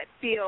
feel